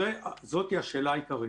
זאת השאלה העיקרית.